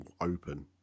open